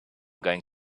going